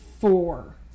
four